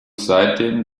seitdem